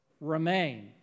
remain